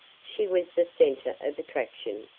she was the center of attraction.